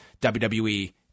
WWE